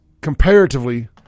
comparatively